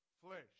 flesh